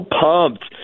pumped